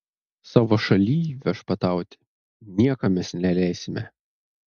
savo šalyj viešpatauti niekam mes neleisime